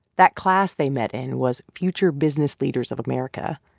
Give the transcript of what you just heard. that class they met in was future business leaders of america.